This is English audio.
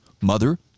mother